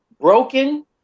Broken